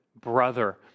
brother